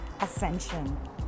ascension